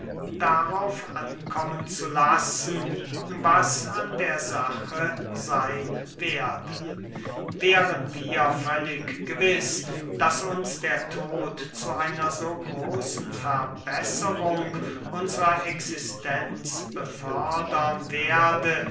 darauf ankommen zu lassen was an der sache seyn werde wären wir völlig gewiß daß uns der tod zu einer so großen verbesserung unsrer existenz befördern werde